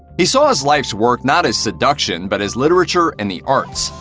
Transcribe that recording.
he saw his life's work not as seduction, but as literature and the arts.